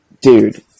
Dude